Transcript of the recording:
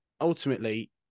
Ultimately